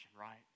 right